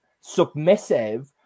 submissive